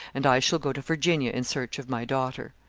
and i shall go to virginia in search of my daughter.